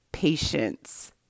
patience